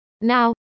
Now